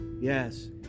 yes